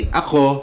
ako